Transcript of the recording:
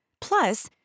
Plus